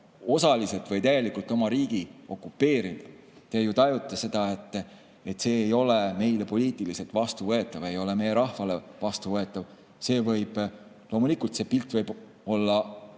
osaliselt või täielikult oma riigi okupeerida, te tajute seda, ei ole meile poliitiliselt vastuvõetav. See ei ole meie rahvale vastuvõetav. Loomulikult, pilt võib olla